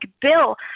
Bill